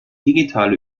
digitale